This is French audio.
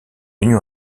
union